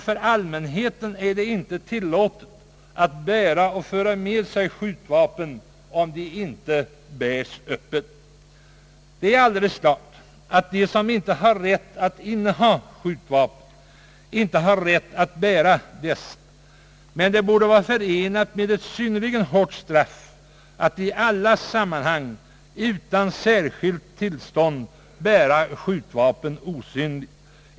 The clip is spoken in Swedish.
Men det är inte tilllåtet för allmänheten att bära och föra med sig skjutvapen om det inte sker öppet. Självfallet har de i Sverige som inte har tillstånd att inneha skjutvapen inte heller rätt att bära dessa. Men det borde vara förenat med ett synnerligen hårt straff att — i alla sammanhang — utan särskilt tillstånd bära skjutvapen osynligt.